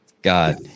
god